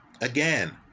again